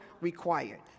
required